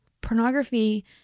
Pornography